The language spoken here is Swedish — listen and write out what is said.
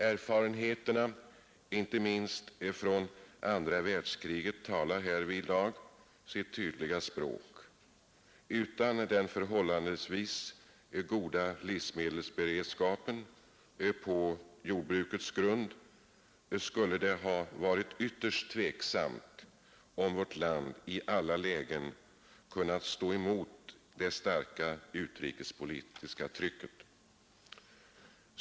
Erfarenheterna från inte Nr 91 minst andra världskriget talar härvidlag sitt tydliga språk. Utan den Måndagen den förhållandevis goda livsmedelsberedskapen på jordbrukets grund skulle 29 maj 1972 det ha varit ytterst tveksamt om vårt land i alla lägen kunnat stå emot det starka utrikespolitiska trycket.